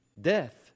Death